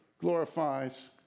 glorifies